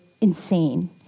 insane